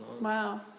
Wow